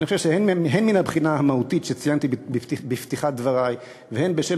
אני חושב שהן מן הבחינה המהותית שציינתי בפתיחת דברי והן בשל